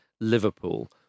Liverpool